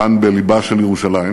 כאן בלבה של ירושלים,